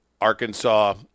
Arkansas